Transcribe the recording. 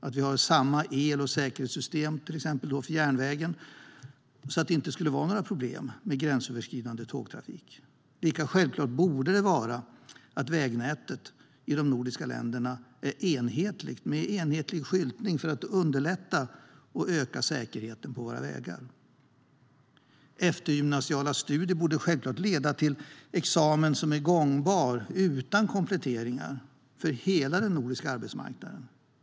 Vi borde ha samma el och säkerhetssystem för järnvägen så att det inte är några problem med gränsöverskridande tågresor. Lika självklart borde vägnätet i Norden vara enhetligt med enhetlig skyltning för att underlätta och öka säkerheten på vägarna. Eftergymnasiala studier borde självklart leda till en examen som är gångbar utan kompletteringar på hela den nordiska arbetsmarknaden.